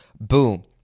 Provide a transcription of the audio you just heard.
Boom